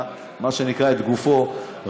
מה שנקרא את גופו,